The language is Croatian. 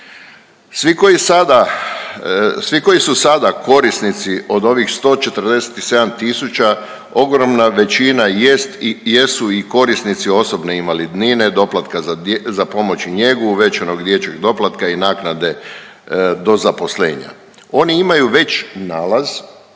svi koji su sada korisnici od ovih 147 tisuća ogromna većina jest i jesu i korisnici osobne invalidnine, doplatka za pomoć i njegu, uvećanog dječjeg doplatka i naknade do zaposlenja. Oni imaju već nalaz